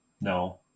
No